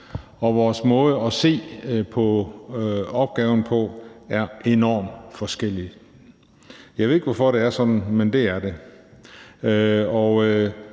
og vores måder at se på opgaven på er enormt forskellige. Jeg ved ikke, hvorfor det er sådan, men det er det.